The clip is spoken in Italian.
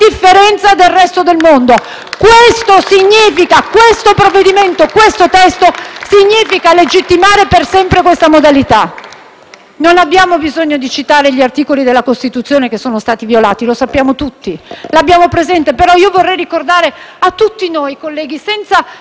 senatrice Bonino)*. Approvare questo provvedimento, questo testo significherebbe legittimare per sempre questa modalità. Non abbiamo bisogno di citare gli articoli della Costituzione che sono stati violati. Li conosciamo tutti e li abbiamo presenti, però vorrei ricordare a tutti noi, colleghi,